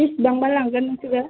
बेसबांबा लांगोन नोंसोरो